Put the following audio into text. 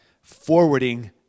forwarding